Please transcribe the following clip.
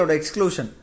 exclusion